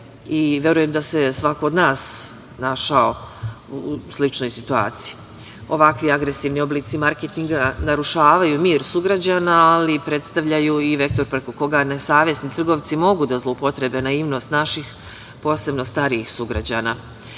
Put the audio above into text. i verujem da se svako od nas našao u sličnoj situaciji. Ovakvi agresivni oblici marketinga narušavaju mir sugrađana, ali predstavljaju i vektor preko koga nesavesni trgovci mogu da zloupotrebe naivnost naših, posebno starijih sugrađana. Ovim